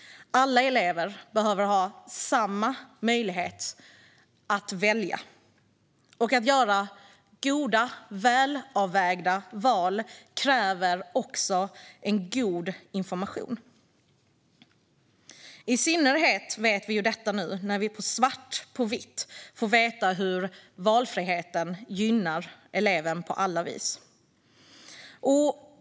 Alla elever behöver ha samma möjlighet att välja, och att kunna göra goda, välavvägda val kräver också en god information. Detta vet vi i synnerhet nu när vi har fått svart på vitt att valfriheten gynnar eleven på alla vis.